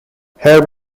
her